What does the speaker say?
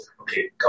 Okay